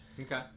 Okay